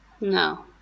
No